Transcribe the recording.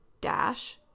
dash